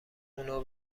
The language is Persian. اونو